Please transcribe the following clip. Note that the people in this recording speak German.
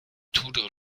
tudor